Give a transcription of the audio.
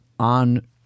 on